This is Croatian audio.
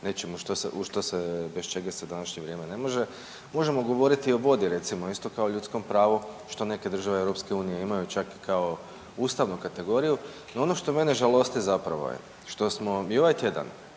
nečemu u što se, bez čega se u današnje vrijeme ne može. Možemo govoriti o vodi recimo isto kao ljudskom pravu što neke države EU imaju čak i kao ustavnu kategoriju. No, ono što mene žalosti zapravo je što smo i ovaj tjedan